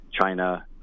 China